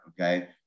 okay